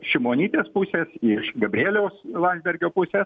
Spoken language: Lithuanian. šimonytės pusės iš gabrieliaus landsbergio pusė